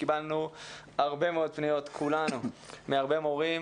כולנו קיבלנו הרבה מאוד פניות מהרבה מורים